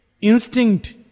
Instinct